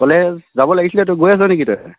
college যাব লাগিছিলে তো গৈ আছ' নেকি তই